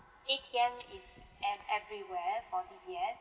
A_T_M is and everywhere for D_B_S